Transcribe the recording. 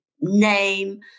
name